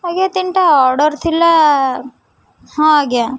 ଆଜ୍ଞା ତିନିଟା ଅର୍ଡ଼ର ଥିଲା ହଁ ଆଜ୍ଞା